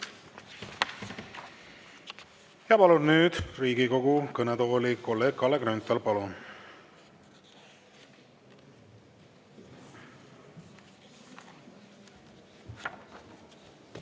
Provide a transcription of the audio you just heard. Ja palun nüüd Riigikogu kõnetooli kolleeg Kalle Grünthali.